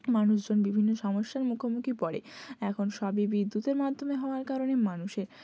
মানুষজন বিভিন্ন সমস্যার মুখোমুখি পড়ে এখন সবই বিদ্যুতের মাধ্যমে হওয়ার কারণে মানুষের